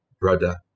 brother